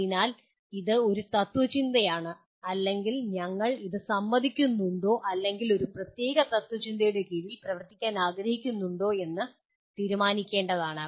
അതിനാൽ ഇത് ഒരു തത്ത്വചിന്തയാണ് അല്ലെങ്കിൽ നിങ്ങൾ അത് സമ്മതിക്കുന്നുണ്ടോ അല്ലെങ്കിൽ ഒരു പ്രത്യേക തത്ത്വചിന്തയുടെ കീഴിൽ പ്രവർത്തിക്കാൻ ആഗ്രഹിക്കുന്നുണ്ടോ എന്ന് തീരുമാനിക്കേണ്ടതാണ്